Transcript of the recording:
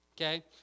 Okay